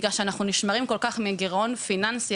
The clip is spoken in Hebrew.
בגלל שאנחנו נשמרים כל כך מגרעון פיננסי,